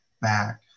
back